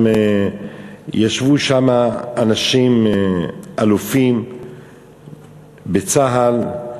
ישבו שם אלופים בצה"ל.